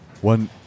One